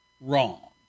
wrong